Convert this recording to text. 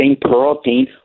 protein